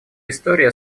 история